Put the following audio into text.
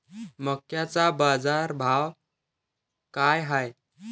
मक्याचा बाजारभाव काय हाय?